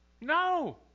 No